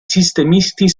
sistemisti